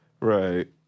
right